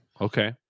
okay